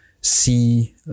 see